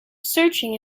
searching